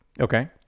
Okay